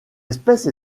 espèce